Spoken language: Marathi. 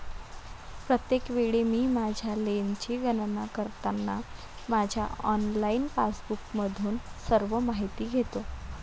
प्रत्येक वेळी मी माझ्या लेनची गणना करताना माझ्या ऑनलाइन पासबुकमधून सर्व माहिती घेतो